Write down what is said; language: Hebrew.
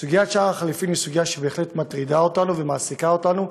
סוגיית שער החליפין בהחלט מטרידה אותנו ומעסיקה אותנו,